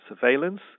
surveillance